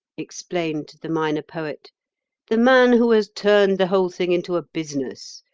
explained the minor poet the man who has turned the whole thing into a business,